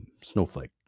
snowflake